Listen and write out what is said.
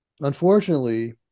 unfortunately